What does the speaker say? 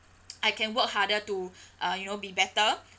I can work harder to uh you will be better